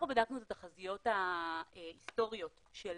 אנחנו בדקנו את התחזיות ההיסטוריות של